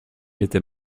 était